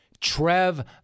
Trev